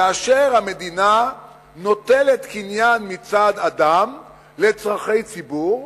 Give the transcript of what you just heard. כאשר המדינה נוטלת קניין מצד אדם לצורכי ציבור,